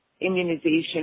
immunization